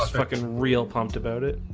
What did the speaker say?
um fucking real pumped about it.